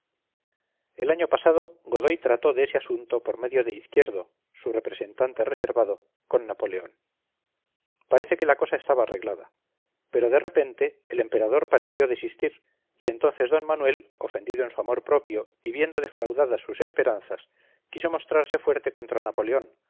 el año pasado godoy trató de ese asunto por medio de izquierdo su representante reservado con napoleón parece que la cosa estaba arreglada pero de repente el emperador pareció desistir y entonces d manuel ofendido en su amor propio y viendo defraudadas sus esperanzas quiso mostrarse fuerte contra napoleón